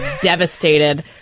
devastated